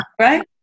Right